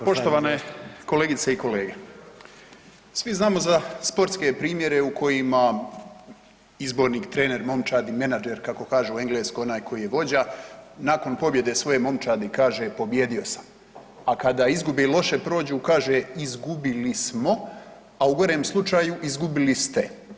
Poštovane kolegice i kolege, svi znamo za sportske primjere u kojima izbornik, trener momčadi, menadžer kako kažu u Engleskoj onaj koji je vođa nakon pobjede svoje momčadi kaže pobijedio sam, a kada izgubi ili loše prođu kaže izgubili smo, a u gorem slučaju izgubili ste.